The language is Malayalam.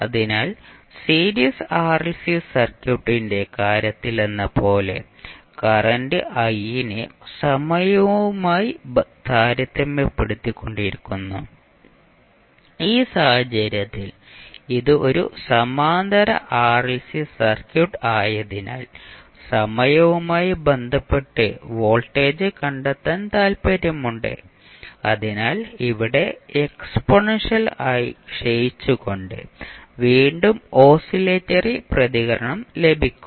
അതിനാൽ സീരീസ് ആർഎൽസി സർക്യൂട്ടിന്റെ കാര്യത്തിലെന്നപോലെ കറന്റ് i നെ സമയവുമായി താരതമ്യപ്പെടുത്തിക്കൊണ്ടിരുന്നു ഈ സാഹചര്യത്തിൽ ഇത് ഒരു സമാന്തര ആർഎൽസി സർക്യൂട്ട് ആയതിനാൽ സമയവുമായി ബന്ധപ്പെട്ട് വോൾട്ടേജ് കണ്ടെത്താൻ താൽപ്പര്യമുണ്ട് അതിനാൽ ഇവിടെ എക്സ്പോണൻഷ്യൽ ആയി ക്ഷയിച്ചുകൊണ്ട് വീണ്ടും ഓസിലേറ്ററി പ്രതികരണം ലഭിക്കും